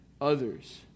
others